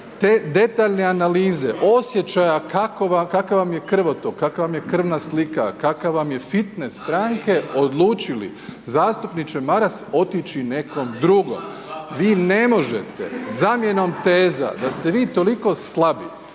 detaljne analize osjećaja kakav vam je krvotok, kakva vam je krvna slika, kakav vam je fitnes stranke, odlučili, zastupniče Maras, otići nekom drugom. Vi ne možete zamjenom teza da ste vi toliko slabi,